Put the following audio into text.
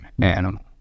animal